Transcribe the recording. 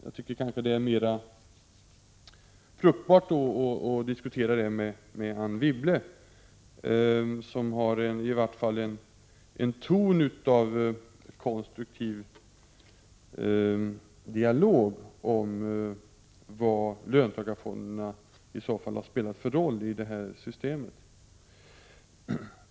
Jag tycker att det verkar mera fruktbart att diskutera med Anne Wibble, som i vart fall har en ton av konstruktiv dialog i debatten om vilken roll löntagarfonderna i så fall har spelat i detta system.